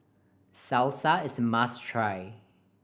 salsa is a must try